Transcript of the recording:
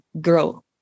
grow